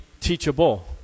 teachable